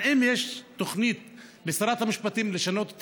האם יש תוכנית לשרת המשפטים לשנות את